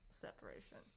separation